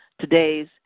today's